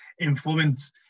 influence